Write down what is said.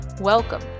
Welcome